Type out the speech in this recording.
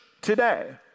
today